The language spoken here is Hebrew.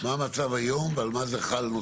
מה המצב היום ועל מה זה חל?